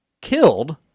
killed